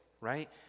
right